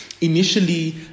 initially